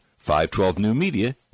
512newmedia